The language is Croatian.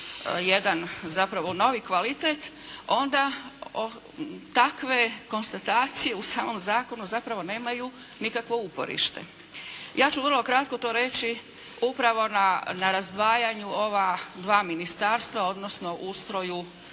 jedan zapravo novi kvalitet onda takve konstatacije u samom zakonu zapravo nemaju nikakvo uporište. Ja ću vrlo kratko to reći upravo na razdvajanju ova dva ministarstva odnosno ustroju